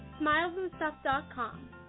Smilesandstuff.com